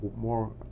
more